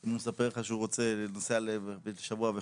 אם הוא מספר לך שהוא נוסע לשבוע וחוזר,